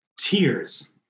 tears